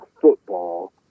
football